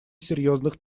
серьезных